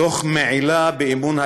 תוך מעילה באמון האזרח,